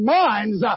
minds